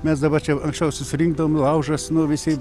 mes dabar čia jau anksčiau susirinkdavom laužas nu visi